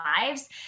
lives